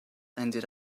ended